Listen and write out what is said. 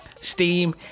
steam